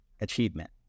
achievement